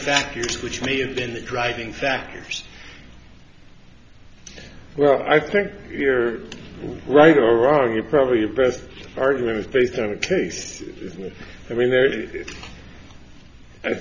factors which may have been driving factors well i think you're right or wrong is probably your best argument is based on a case i mean i